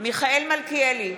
מיכאל מלכיאלי,